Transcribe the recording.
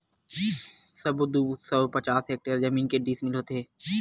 सबो दू सौ पचास हेक्टेयर जमीन के डिसमिल होथे?